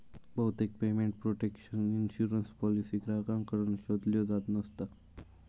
बहुतेक payment protection insurance policy ग्राहकांकडसून शोधल्यो जात नसता